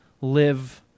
live